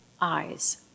eyes